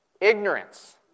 Ignorance